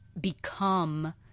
become